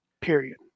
period